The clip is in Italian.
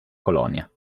colonia